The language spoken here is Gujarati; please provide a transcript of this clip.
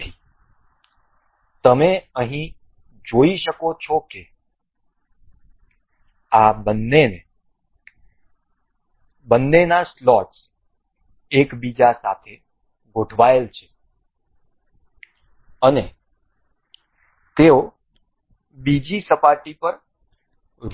તેથી તમે અહીં જોઈ શકો છો કે આ બંનેના સ્લોટ્સ એકબીજા સાથે ગોઠવાયેલ છે અને તેઓ બીજી સપાટી પર